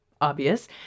obvious